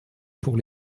pour